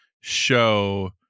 show